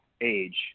age